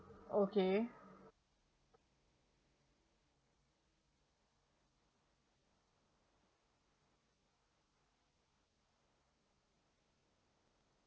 okay